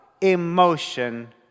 emotion